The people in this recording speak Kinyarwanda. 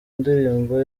ndirimbo